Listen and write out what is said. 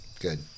good